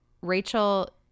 Rachel